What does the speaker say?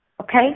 Okay